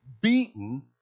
beaten